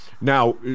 now